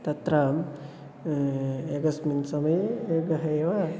तत्र एकस्मिन् समये एकः एव